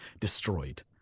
destroyed